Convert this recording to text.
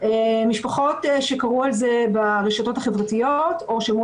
משפחות שקראו על זה ברשתות החברתיות או שמעו